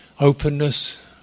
Openness